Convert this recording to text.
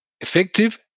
effective